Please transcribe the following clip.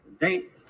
date